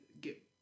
get